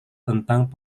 tentang